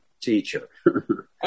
teacher